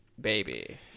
baby